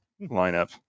lineup